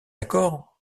accord